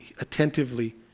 attentively